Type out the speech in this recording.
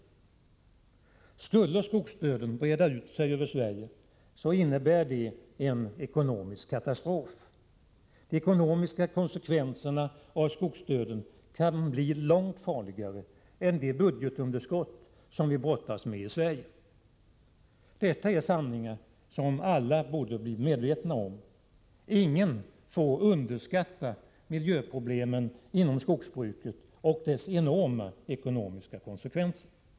Skulle skogsdöden breda ut sig över Sverige så innebär det en ekonomisk katastrof. De ekonomiska konsekvenserna av skogsdöden kan bli långt farligare än det budgetunderskott som vi brottas med i Sverige. Detta är sanningar som alla borde bli medvetna om. Ingen får underskatta miljöproblemen inom skogsbruket eller dessas enorma ekonomiska konsekvenser.